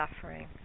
suffering